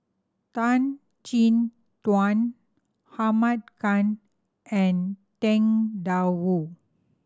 Tan Chin Tuan Ahmad Khan and Tang Da Wu